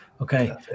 okay